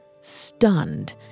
stunned